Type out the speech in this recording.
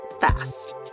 fast